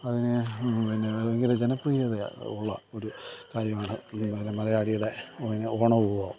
അതിന് പിന്നെ ഭയങ്കര ജനപ്രിയത ഉള്ള ഒരു കാര്യമാണ് മലയാളിയുടെ പിന്നെ ഓണവിഭവം